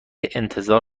انتظار